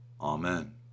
Amen